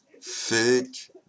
fake